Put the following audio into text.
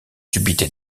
subites